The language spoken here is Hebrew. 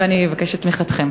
ואני מבקשת את תמיכתכם.